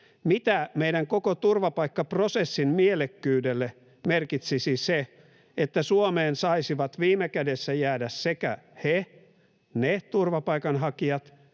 mitä meidän koko turvapaikkaprosessin mielekkyydelle merkitsisi se, että Suomeen saisivat viime kädessä jäädä sekä ne turvapaikan hakijat,